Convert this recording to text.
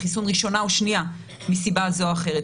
חיסון ראשונה או שנייה מסיבה זו או אחרת.